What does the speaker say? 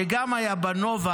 שגם היה בנובה,